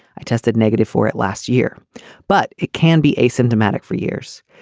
i tested negative for it last year but it can be asymptomatic for years.